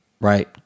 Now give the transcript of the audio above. Right